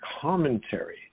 commentary